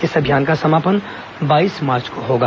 इस अभियान का समापन बाईस मार्च को होगा